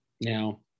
now